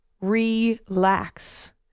Relax